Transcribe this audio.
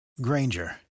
Granger